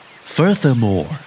Furthermore